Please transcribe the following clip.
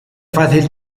fácil